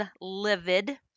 livid